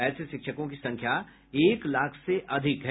ऐसे शिक्षकों की संख्या एक लाख से अधिक है